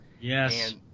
Yes